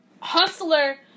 hustler